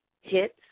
hits